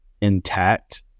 intact